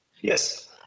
Yes